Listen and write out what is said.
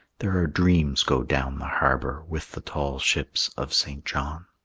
there are dreams go down the harbor with the tall ships of st. john.